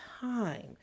time